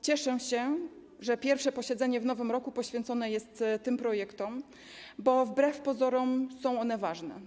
Cieszę się, że pierwsze posiedzenie w nowym roku poświęcone jest tym projektom, bo wbrew pozorom są one ważne.